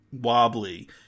wobbly